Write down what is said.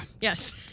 Yes